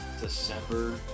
December